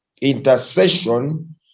Intercession